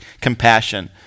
compassion